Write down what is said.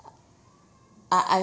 uh I~